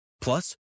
Plus